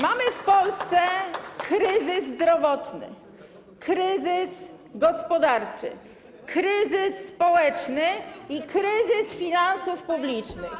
Mamy w Polsce kryzys zdrowotny, kryzys gospodarczy, kryzys społeczny i kryzys finansów publicznych.